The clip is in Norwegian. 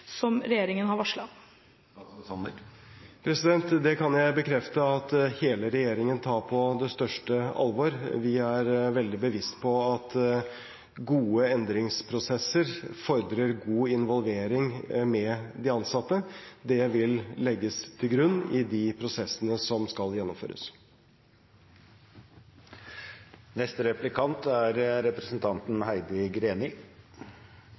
som regjeringen har varslet. Det kan jeg bekrefte at hele regjeringen tar på det største alvor. Vi er veldig bevisst på at gode endringsprosesser fordrer god involvering med de ansatte. Det vil legges til grunn i de prosessene som skal gjennomføres.